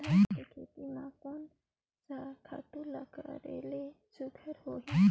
साग के खेती म कोन स खातु ल करेले सुघ्घर होही?